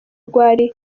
rwari